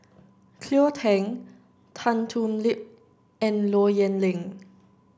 Cleo Thang Tan Thoon Lip and Low Yen Ling